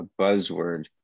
buzzword